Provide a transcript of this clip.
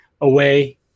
away